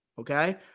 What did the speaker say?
okay